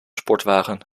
sportwagen